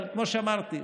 אבל כמו שאמרתי,